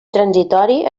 transitori